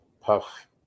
Puff